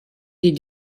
die